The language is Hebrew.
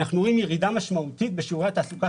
אנחנו רואים ירידה משמעותית בשיעורי התעסוקה